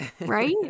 Right